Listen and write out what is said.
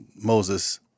Moses